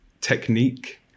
technique